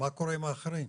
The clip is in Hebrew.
קורה עם האחרים?